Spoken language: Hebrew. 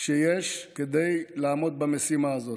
שיש כדי לעמוד במשימה הזאת,